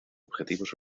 objetivos